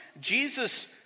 Jesus